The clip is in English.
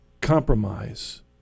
compromise